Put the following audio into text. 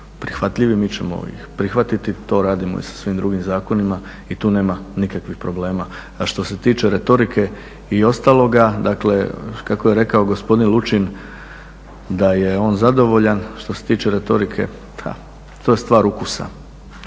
prihvatljivi mi ćemo ih prihvatiti. To radimo i sa svim drugim zakonima i tu nema nikakvih problema. A što se tiče retorike i ostaloga, dakle kako je rekao gospodin Lučin da je on zadovoljan što se tiče retorike. To je stvar ukusa.